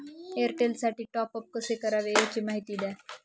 एअरटेलसाठी टॉपअप कसे करावे? याची माहिती द्या